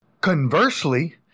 Conversely